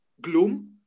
gloom